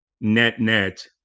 net-net